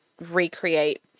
recreate